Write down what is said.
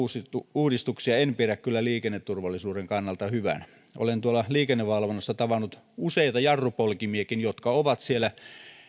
uudistuksia en pidä kyllä liikenneturvallisuuden kannalta hyvinä olen liikennevalvonnassa tavannut useita jarrupolkimiakin jotka ovat siellä